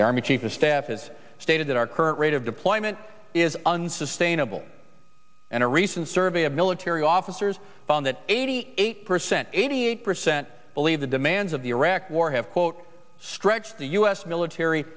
the army chief of staff has stated that our current rate of deployment is unsustainable and a recent survey of military officers found that eighty eight percent eighty eight percent believe the demands of the iraq war have quote stretched the u s military